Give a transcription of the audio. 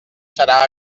serà